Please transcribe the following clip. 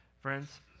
Friends